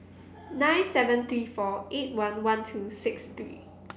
nine seven three four eight one one two six three